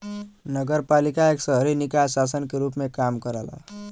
नगरपालिका एक शहरी निकाय शासन के रूप में काम करला